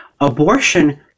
Abortion